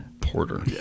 porter